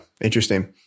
Interesting